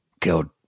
killed